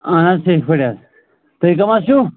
اہن حظ ٹھیٖک پٲٹھۍ حظ تُہی کَم حظ چھِو